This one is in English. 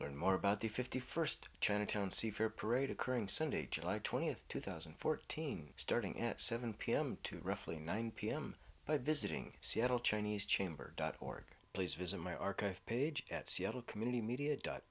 learn more about the fifty first chinatown see for parade occurring sunday july twentieth two thousand and fourteen starting at seven pm to roughly nine pm by visiting seattle chinese chamber dot org please visit my archive page at seattle community media dot